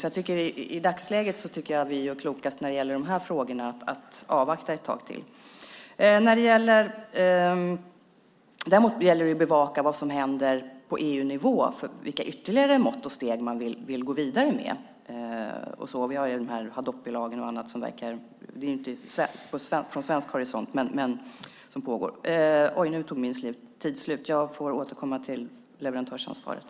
Därför tycker jag i dagsläget att vi gör klokast i, när det gäller de här frågorna, att avvakta ett tag till. Däremot gäller det att bevaka vad som händer på EU-nivå, vilka ytterligare mått och steg man vill gå vidare med. Vi har även Hadopi-lagen och annat som pågår, men det är inte från svensk horisont. Oj, nu tog min repliktid slut. Jag får återkomma till leverantörsansvaret.